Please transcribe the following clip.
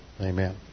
Amen